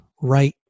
right